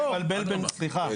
סליחה,